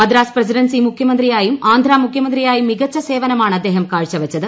Madras presidency മുഖ്യമന്ത്രിയായും ആന്ധ്രാ മുഖ്യമന്ത്രിയായും മികച്ച സേവനമാണ് അദ്ദേഹം കാഴ്ചവച്ചത്